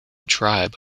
tribe